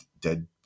dead